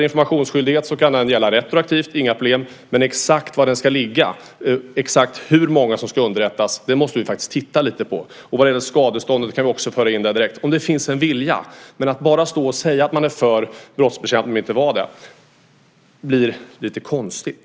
Informationsskyldighet kan gälla retroaktivt - det är inga problem - men exakt var den ska ligga, exakt hur många som ska underrättas, måste vi faktiskt titta lite närmare på. Detta med skadestånd kan vi också föra in direkt om det finns en vilja. Men att bara stå här och säga att man är för brottsbekämpning utan att vara det framstår som lite konstigt.